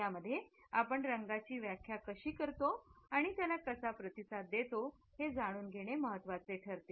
त्यामध्ये आपण रंगाची व्याख्या कशी करतो आणि त्याला कसा प्रतिसाद देतो हे जाणून घेणे महत्वाचे आहे